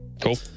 Cool